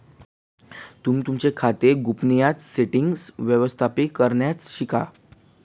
तुम्ही तुमचे खाते आणि गोपनीयता सेटीन्ग्स व्यवस्थापित करण्यास शिका